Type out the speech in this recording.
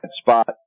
spot